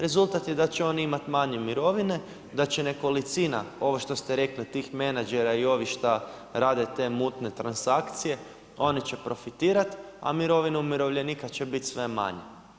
Rezultat je da će oni imati mane mirovine, da će nekolicina ovo što ste rekli, tih menadžera i ovih šta rade te mutne transakcije, oni će profitirati, a mirovine umirovljenika će biti sve manje.